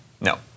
No